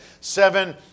seven